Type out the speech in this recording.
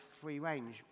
free-range